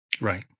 Right